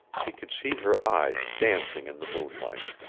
he could see her eyes dancing in the moonlight.